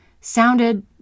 sounded